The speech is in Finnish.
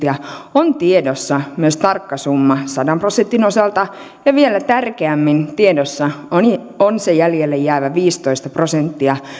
on tiedossa myös tarkka summa sadan prosentin osalta ja vielä tärkeämmin tiedossa on on se jäljelle jäävä viisitoista prosenttia